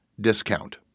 discount